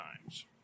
times